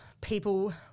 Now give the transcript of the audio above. people